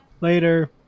Later